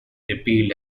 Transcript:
repealed